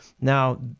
Now